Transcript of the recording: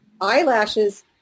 eyelashes